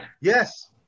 yes